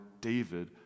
David